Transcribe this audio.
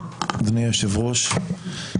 אדוני היושב-ראש,